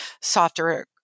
softer